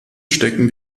stecken